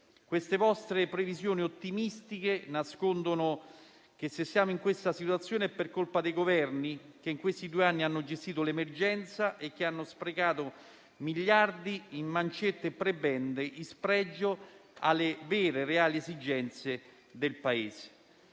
Queste vostre previsioni ottimistiche nascondono il fatto che se siamo in questa situazione è per colpa dei Governi che negli ultimi due anni hanno gestito l'emergenza e sprecato miliardi in mancette e prebende, in spregio alle vere e reali esigenze del Paese.